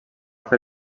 fer